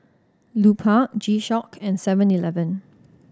Lupark G Shock and Seven Eleven